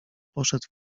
poszedł